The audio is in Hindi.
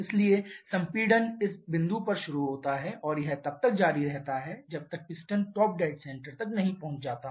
इसलिए संपीड़न इस बिंदु पर शुरू होता है और यह तब तक जारी रहता है जब तक पिस्टन टॉप डेड सेंटर तक नहीं पहुंच जाता